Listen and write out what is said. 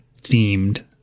themed